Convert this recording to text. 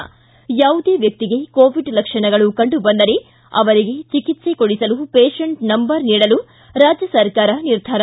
ಿ ಯಾವುದೇ ವ್ಯಕ್ತಿಗೆ ಕೋವಿಡ್ ಲಕ್ಷಣಗಳು ಕಂಡು ಬಂದರೆ ಅವರಿಗೆ ಚಿಕಿತ್ಸೆ ಕೊಡಿಸಲು ವೇಷೆಂಟ್ ನಂಬರ್ ನೀಡಲು ರಾಜ್ಯ ಸರ್ಕಾರ ನಿರ್ಧಾರ